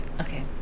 okay